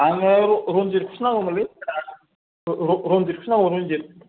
आंनो रनजितखौसो नांगौमोनलै आदा रनजितखौसो नांगौ रनजित